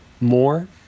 more